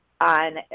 on